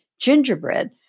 gingerbread